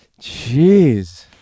Jeez